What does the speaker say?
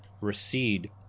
recede